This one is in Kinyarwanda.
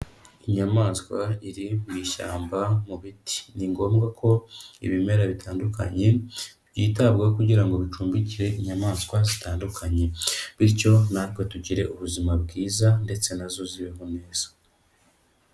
Inyamaswa iri mu ishyamba mu biti. Ni ngombwa ko ibimera bitandukanye byitabwaho kugira ngo bicumbikire inyamaswa zitandukanye, bityo natwe tugire ubuzima bwiza ndetse na zo zibeho neza.